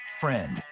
friend